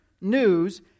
news